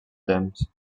temps